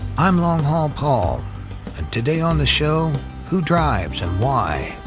i'm long haul paul, and today on the show who drives and why.